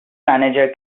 manager